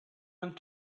and